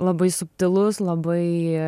labai subtilus labai